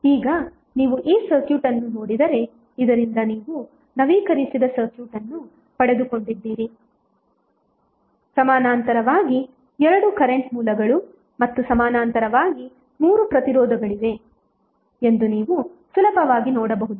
ಈಗ ನೀವು ಈ ಸರ್ಕ್ಯೂಟ್ ಅನ್ನು ನೋಡಿದರೆ ಇದರಿಂದ ನೀವು ನವೀಕರಿಸಿದ ಸರ್ಕ್ಯೂಟ್ ಅನ್ನು ಪಡೆದುಕೊಂಡಿದ್ದೀರಿ ಸಮಾನಾಂತರವಾಗಿ ಎರಡು ಕರೆಂಟ್ ಮೂಲಗಳು ಮತ್ತು ಸಮಾನಾಂತರವಾಗಿ ಮೂರು ಪ್ರತಿರೋಧಗಳಿವೆ ಎಂದು ನೀವು ಸುಲಭವಾಗಿ ನೋಡಬಹುದು